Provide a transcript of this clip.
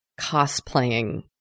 cosplaying